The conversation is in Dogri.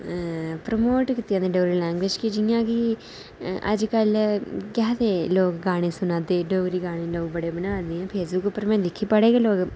प्रमोट कीते दा डोगरी लेंग्वेज गी जि'यां कि अजकल केह् आखदे लोग गाने सुनै दे डोगरी गाने लोक बड़े बना दे फेसबुक पर में दिक्खे